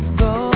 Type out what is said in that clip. go